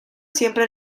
siempre